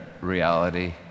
reality